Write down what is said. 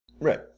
Right